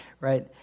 right